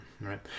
Right